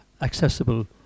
accessible